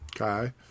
Okay